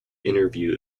interview